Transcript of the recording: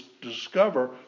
discover